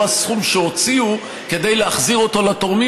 הסכום שהוציאו כדי להחזיר אותו לתורמים,